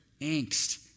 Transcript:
angst